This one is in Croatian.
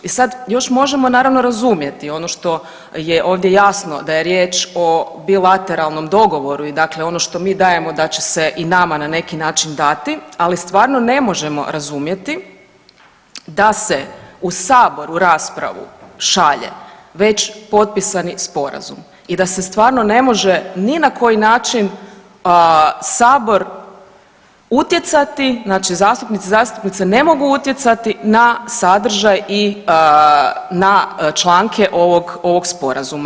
I sad, još možemo, naravno, razumjeti ono što je ovdje jasno, da je riječ o bilateralnom dogovoru i dakle ono što mi dajemo da će se i nama na neki način dati, ali stvarno, ne možemo razumjeti da se u Saboru u raspravu šalje već potpisani sporazum i da se stvarno ne može ni na koji način Sabor utjecati, znači zastupnici i zastupnice ne mogu utjecati na sadržaj i na članke ovog Sporazuma.